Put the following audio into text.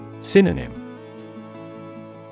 Synonym